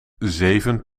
zeven